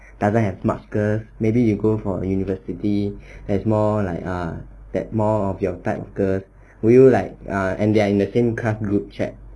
doesn't have much girls maybe you go for university there's more like uh there's more of your type girls would you like err and they are in the same class group chat